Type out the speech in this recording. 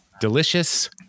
delicious